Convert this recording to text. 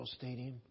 Stadium